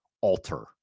alter